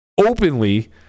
openly